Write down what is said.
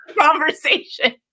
conversation